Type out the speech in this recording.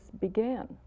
began